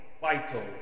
vital